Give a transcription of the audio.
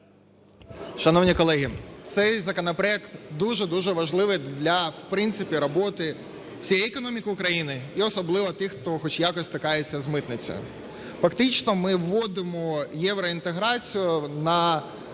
Шановні колеги, цей законопроект дуже-дуже важливий для, в принципі, роботи всієї економіки України і особливо тих, хто хоч якось стикається з митницею. Фактично ми вводимо євроінтеграцію на